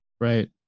Right